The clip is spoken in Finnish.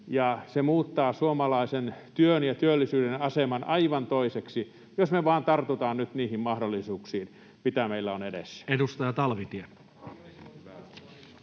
Se muuttaa suomalaisen työn ja työllisyyden aseman aivan toiseksi, jos me vain tartutaan nyt niihin mahdollisuuksiin, mitä meillä on edessä. [Speech 345]